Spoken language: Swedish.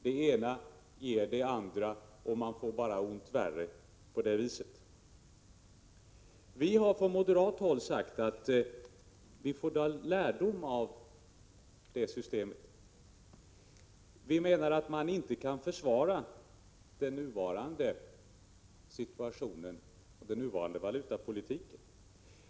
Det ena ger det andra, och man får bara ont värre på det viset. Vi har från moderat håll sagt att vi får dra lärdom av det systemet. Vi menar att man inte kan försvara den nuvarande situationen och den nuvarande valutapolitiken.